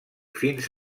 fins